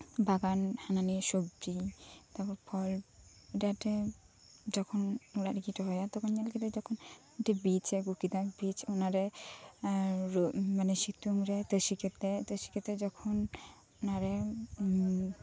ᱵᱟᱜᱟᱱ ᱦᱟᱱᱟᱱᱤᱭᱟᱹ ᱥᱚᱵᱡᱤ ᱛᱟᱯᱚᱨ ᱯᱷᱚᱞ ᱟᱹᱰᱤ ᱟᱴᱮ ᱡᱚᱠᱷᱚᱱ ᱚᱲᱟᱜ ᱨᱮᱜᱤᱭ ᱨᱚᱦᱚᱭᱟ ᱛᱚᱠᱷᱚᱱ ᱧᱮᱞᱠᱮᱫᱟ ᱛᱚᱠᱷᱚᱱ ᱢᱤᱫᱴᱮᱡ ᱵᱤᱪᱮ ᱟᱹᱜᱩᱠᱮᱫᱟ ᱵᱤᱡ ᱚᱱᱟᱨᱮ ᱢᱟᱱᱮ ᱥᱤᱛᱩᱝ ᱨᱮ ᱛᱟᱥᱤ ᱠᱟᱛᱮᱜ ᱛᱟᱥᱤ ᱠᱟᱛᱮᱜ ᱡᱚᱠᱷᱚᱱ ᱚᱱᱟᱨᱮ